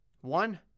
One